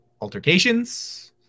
altercations